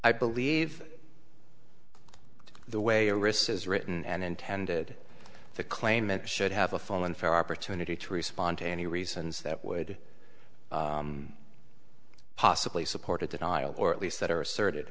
believe the way a risk is written and intended the claimant should have a full and fair opportunity to respond to any reasons that would possibly support a denial or at least that are asserted